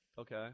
Okay